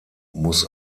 muss